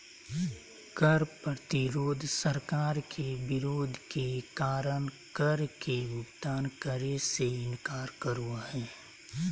कर प्रतिरोध सरकार के विरोध के कारण कर के भुगतान करे से इनकार करो हइ